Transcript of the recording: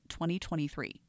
2023